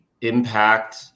impact